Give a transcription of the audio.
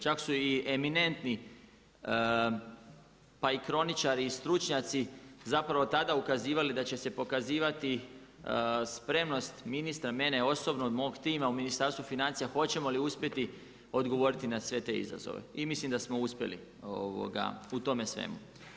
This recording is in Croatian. Čak su i eminentni pa i kroničari i stručnjaci tada ukazivali da će se pokazivati spremnost, ministra, mene osobno od mog tima u Ministarstvu financija hoćemo li uspjeti odgovoriti na sve te izazove i mislim da smo uspjeli u tome svemu.